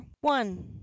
one